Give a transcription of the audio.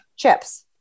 chips